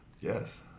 Yes